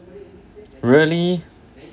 really